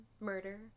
murder